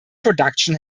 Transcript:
production